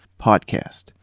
podcast